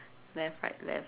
left right left